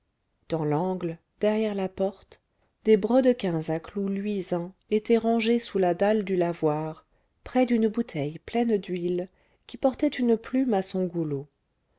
dans l'angle derrière la porte des brodequins à clous luisants étaient rangés sous la dalle du lavoir près d'une bouteille pleine d'huile qui portait une plume à son goulot